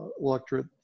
electorate